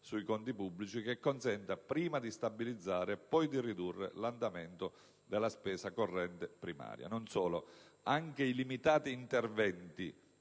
sui conti pubblici che consenta prima di stabilizzare e poi di ridurre l'andamento della spesa corrente primaria. Non solo: anche i limitati interventi